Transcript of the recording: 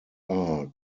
are